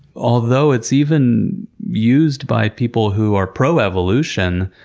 although it's even used by people who are pro-evolution,